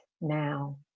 now